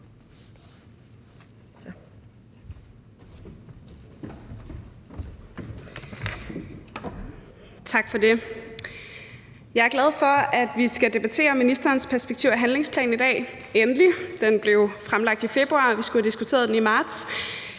Tak for det. Jeg er glad for, at vi skal debattere ministerens perspektiv- og handlingsplan i dag, endelig – den blev fremlagt i februar, vi skulle have diskuteret den i marts